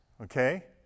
okay